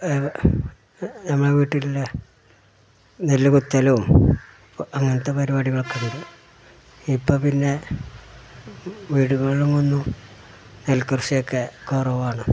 നമ്മളുടെ വീട്ടില് നെല്ല് കുത്തലും അങ്ങനത്തെ പരിപാടികളൊക്കെയുണ്ട് ഇപ്പോള് പിന്നെ വീടുകളിലൊന്നും നെൽകൃഷിയൊക്കെ കുറവാണ്